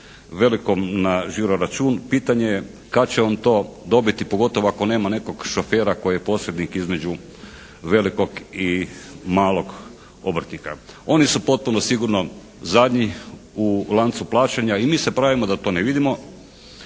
velikom na žiro-račun pitanje je kad će on to dobiti pogotovo ako nema nekog šofera koji je posrednik između velikog i malog obrtnika. Oni su potpuno sigurno zadnji u lancu plaćanja i mi se pravimo da to ne vidimo.